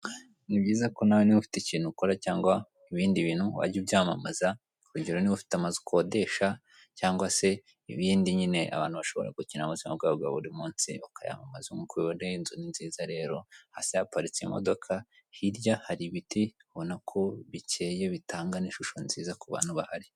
Ni byiza ko niba nawe ufite ikintu ukora cyangwa ibindi bintu wajya ubyamamaza. Urugero niba ufite amazu ukodesha cyangwa se ibindi nyine abantu bashobora gukenera mu buzima bwabo bwa buri munsi ukayamamaza. Nkuko mubibona iyi nzu ni nziza rero hasi haparitse imodoka hirya hari ibiti urabona ko bikeye ndetse bitanga n'ishusho nziza kubantu bahari.